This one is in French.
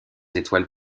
étoiles